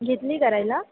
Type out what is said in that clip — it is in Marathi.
घेतली करायला